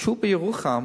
כשבן-אדם בירוחם